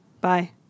bye